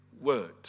word